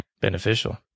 beneficial